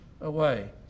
away